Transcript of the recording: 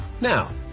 Now